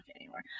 anymore